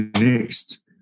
next